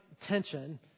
tension